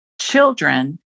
children